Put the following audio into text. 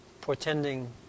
portending